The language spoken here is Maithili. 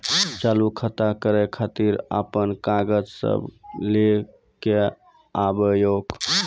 खाता चालू करै खातिर आपन कागज सब लै कऽ आबयोक?